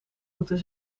moeten